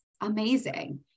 amazing